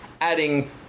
adding